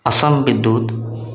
असम विद्युत